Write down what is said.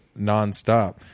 nonstop